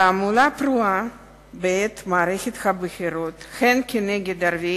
תעמולה פרועה בעת מערכת הבחירות הן כנגד ערביי